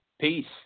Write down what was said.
Peace